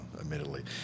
admittedly